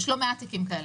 יש לא מעט תיקים כאלה.